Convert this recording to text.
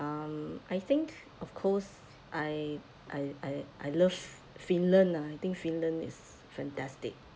um I think of course I I I I love finland ah I think finland is fantastic